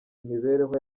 imibereho